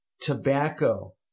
tobacco